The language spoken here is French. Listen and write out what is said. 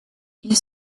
ils